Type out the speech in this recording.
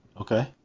Okay